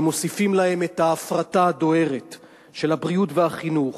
ומוסיפים להן את ההפרטה הדוהרת של הבריאות והחינוך,